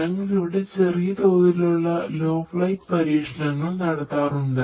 ഞങ്ങൾ ഇവിടെ ചെറിയ തോതിലുള്ള ലോ ഫ്ലൈറ്റ് പരീക്ഷണങ്ങൾ നടത്താറുണ്ട്